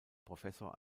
professor